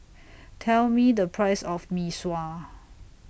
Tell Me The Price of Mee Sua